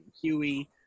Huey